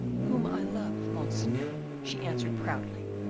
whom i love, monseigneur, she answered proudly.